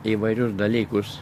įvairius dalykus